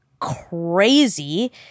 crazy